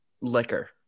liquor